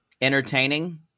Entertaining